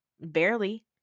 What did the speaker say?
barely